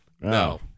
No